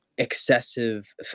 excessive